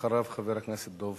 אחריו, חבר הכנסת דב